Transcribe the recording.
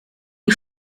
die